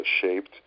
shaped